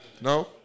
No